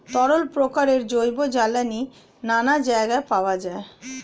তরল প্রকারের জৈব জ্বালানি নানা জায়গায় পাওয়া যায়